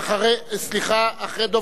אה, סליחה, חבר הכנסת אחמד טיבי לפני כן.